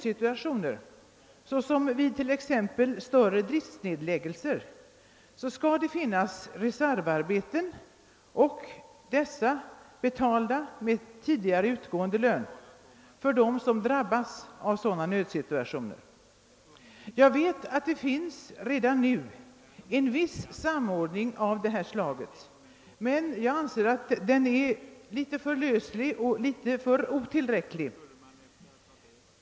I nödsituationer såsom vid t.ex. större driftnedläggelser skall det finnas reservarbeten, och dessa skall betalas med tidigare utgående lön till dem som drabbas av sådana företeelser. Jag vet att det redan förekommer en viss samordning av detta slag, men jag anser att den är för löslig och otillräcklig.